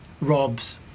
robs